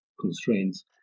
constraints